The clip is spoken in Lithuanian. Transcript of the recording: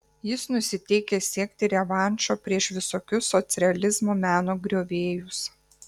jis nusiteikęs siekti revanšo prieš visokius socrealizmo meno griovėjus